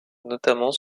notamment